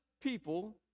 people